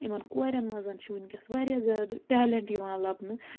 یِمن کۄرٮ۪ن منٛز چھِ وٕنۍکٮ۪س وارِیاہ زیادٕ ٹٮ۪لنٛٹ یِوان لبنہٕ